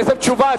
בעצם תשובה,